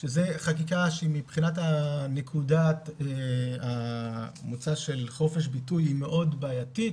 שזה חקיקה שהיא מבחינת נקודת המוצא של חופש ביטוי היא מאוד בעייתית,